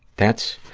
that's,